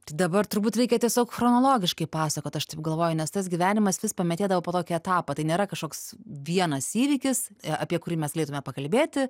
tai dabar turbūt reikia tiesiog chronologiškai pasakot aš taip galvoju nes tas gyvenimas vis pametėdavo po tokį etapą tai nėra kažkoks vienas įvykis apie kurį mes galėtume pakalbėti